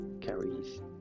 carries